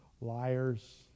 liars